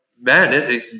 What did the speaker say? man